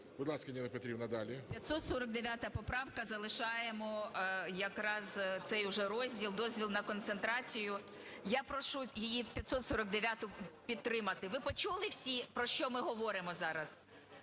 Будь ласка, Ніна Петрівна, далі.